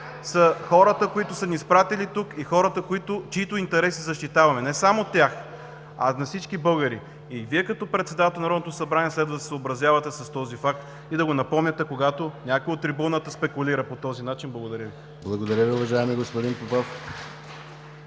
са хората, които са ни изпратили тук и хората, чиито интереси защитаваме – не само техните, а и на всички българи. Вие, като председател на Народното събрание, следва да се съобразявате с този факт и да го напомняте, когато някой от трибуната спекулира по този начин. Благодаря Ви. ПРЕДСЕДАТЕЛ ДИМИТЪР ГЛАВЧЕВ: Благодаря Ви, уважаеми господин Попов.